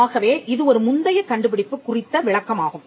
ஆகவே இது ஒரு முந்தைய கண்டுபிடிப்பு குறித்த விளக்கமாகும்